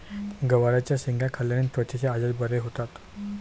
गवारच्या शेंगा खाल्ल्याने त्वचेचे आजार बरे होतात